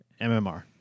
MMR